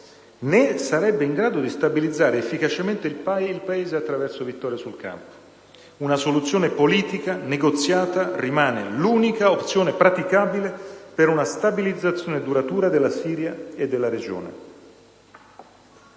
né sarebbe in grado di stabilizzare efficacemente il Paese attraverso vittorie sul campo. Una soluzione politica, negoziata, rimane l'unica opzione praticabile per una stabilizzazione duratura della Siria e della regione.